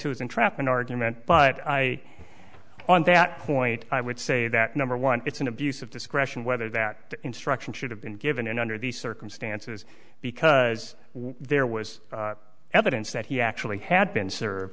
entrapment argument but i on that point i would say that number one it's an abuse of discretion whether that instruction should have been given and under the circumstances because there was evidence that he actually had been served